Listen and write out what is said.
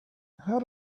had